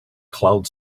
closed